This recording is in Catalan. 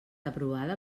aprovada